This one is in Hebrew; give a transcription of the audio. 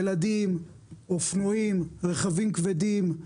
ילדים, אופנועים, רכבים כבדים,